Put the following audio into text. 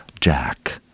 Jack